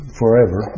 forever